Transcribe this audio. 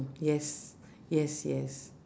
yes yes yes